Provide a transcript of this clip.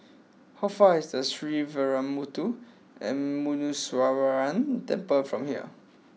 how far away does the Sree Veeramuthu and Muneeswaran Temple from here